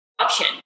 option